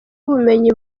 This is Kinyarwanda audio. ubumenyi